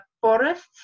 forests